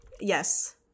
Yes